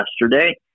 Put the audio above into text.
yesterday